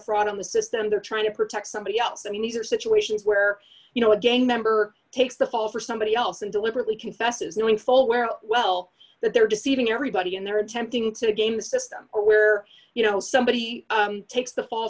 fraud on the system they're trying to protect somebody else i mean these are situations where you know again member takes the fall for somebody else and deliberately confesses knowing full well well that they're deceiving everybody and they're attempting to game the system where you know somebody takes the fall